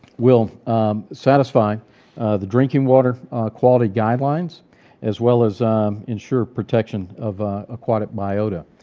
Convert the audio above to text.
will satisfy the drinking water quality guidelines as well as ensure protection of aquatic biota.